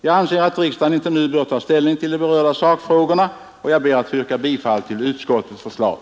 Jag anser att riksdagen inte nu bör ta ställning till de berörda sakfrågorna, och jag ber att få yrka bifall till utskottets förslag.